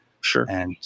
Sure